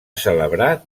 celebrar